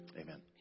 Amen